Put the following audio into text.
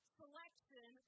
selection